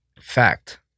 Fact